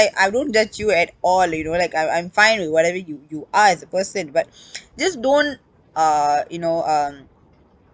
I I don't judge you at all you know like I'm I'm fine with whatever you you are as a person but just don't uh you know um